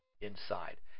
inside